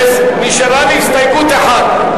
נשארה הסתייגות אחת,